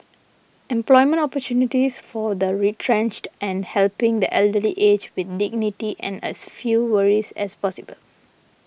employment opportunities for the retrenched and helping the elderly age with dignity and as few worries as possible